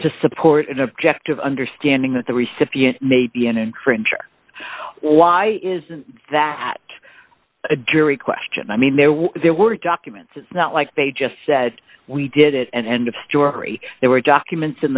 to support an objective understanding that the recipient may be an infringer why isn't that a jury question i mean there were documents it's not like they just said we did it end of story there were documents in